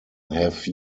have